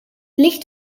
licht